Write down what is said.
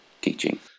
teaching